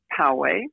Poway